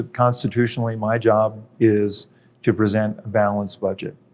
constitutionally, my job is to present a balanced budget,